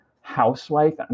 housewife